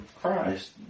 Christ